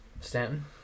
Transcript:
Stanton